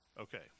Okay